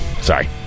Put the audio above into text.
sorry